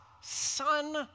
son